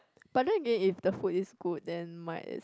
but then again if the food is good then might as